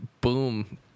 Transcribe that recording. boom